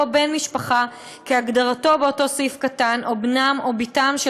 "בן-משפחה כהגדרתו באותו סעיף קטן או בנם או בתם של